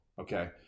Okay